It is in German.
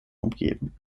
umgeben